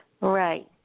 Right